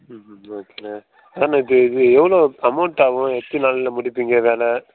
ம் ம் ஓகேண்ணா எனக்கு இது எவ்வளோ அமௌண்ட் ஆகும் எத்தன நாளில் முடிப்பீங்க வேலை